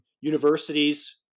Universities